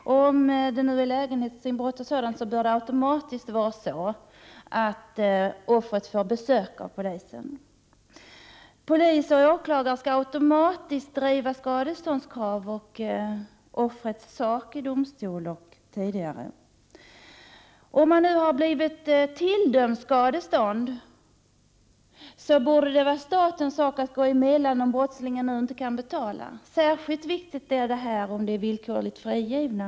Vid lägenhetsinbrott bör offret automatiskt få besök av polisen. Polis och åklagare skall automatiskt driva offrets skadeståndskrav och sak i domstol och även tidigare. När skadestånd har utdömts borde det vara statens uppgift att gå emellan om brottslingen inte kan betala. Det är särskilt viktigt om brottslingen t.ex. är villkorligt frigiven.